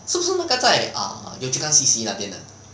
是不是那个在 err yio chu kang C_C 那边的